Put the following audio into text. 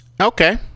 okay